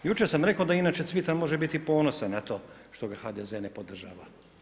Jučer sam rekao da inače Cvitan može biti ponosan na to što ga HDZ ne podržava.